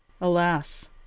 Alas